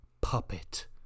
puppet